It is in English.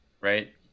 right